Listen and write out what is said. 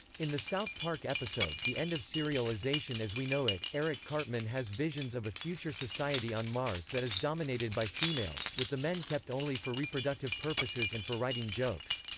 in the south park episode the end of serialization as we know it, eric cartman has visions of a future society on mars that is dominated by females, with the men kept only for reproductive purposes and for writing jokes.